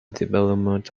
development